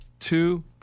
Two